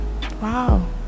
Wow